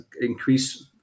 increase